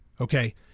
okay